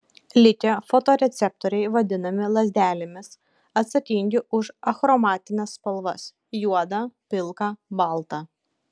likę fotoreceptoriai vadinami lazdelėmis atsakingi už achromatines spalvas juodą pilką baltą